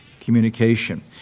communication